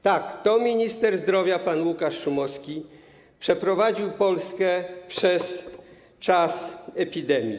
Tak, to minister zdrowia pan Łukasz Szumowski przeprowadził Polskę przez czas epidemii.